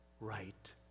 right